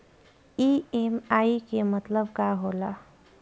EMI के मतलब का होला?